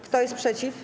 Kto jest przeciw?